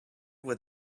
would